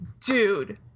dude